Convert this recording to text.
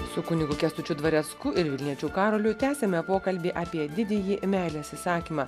su kunigu kęstučiu dvarecku ir vilniečiu karoliu tęsiame pokalbį apie didįjį meilės įsakymą